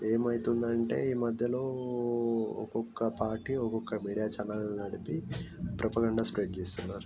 ఏమైతుందంటే ఈ మధ్యలో ఒక్కొక్క పార్టీ ఒక్కొక్క మీడియా చానెల్ నడిపి ప్రపరణ స్ప్రెడ్ చేస్తున్నారు